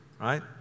right